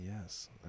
yes